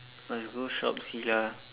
must go shop see lah